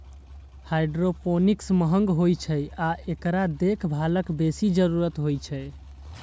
hydroponics महंग होइ छै आ एकरा देखभालक बेसी जरूरत होइ छै